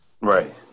Right